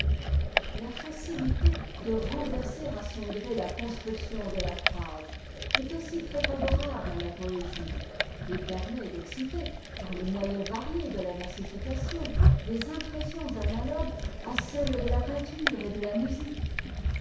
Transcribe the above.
la facilité de renverser à son gré la construction de la phrase est aussi très favorable à la poésie et permet d'exciter par les moyens variés de la versification des impressions analogues à celles de la peinture et de la musique